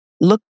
look